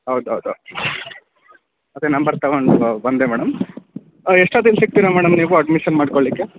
ಹೌದು ಹೌದು ಅದೇ ನಂಬರ್ ತಗೊಂಡು ಬಂದೆ ಮೇಡಮ್ ಎಷ್ಟೊತ್ತಿಗೆ ಸಿಗ್ತೀರ ಮೇಡಮ್ ನೀವು ಅಡ್ಮಿಶನ್ ಮಾಡಿಕೊಳ್ಲಿಕ್ಕೆ